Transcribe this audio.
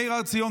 מאיר הר-ציון,